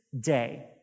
day